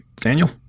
Daniel